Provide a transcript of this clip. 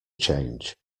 change